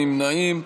אין נמנעים,